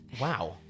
wow